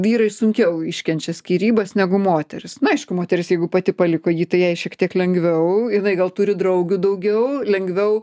vyrai sunkiau iškenčia skyrybas negu moterys na aišku moteris jeigu pati paliko jį tai jai šiek tiek lengviau jinai gal turi draugių daugiau lengviau